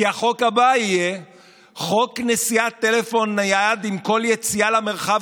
כי החוק הבא יהיה חוק נשיאת טלפון נייד עם כל יציאה למרחב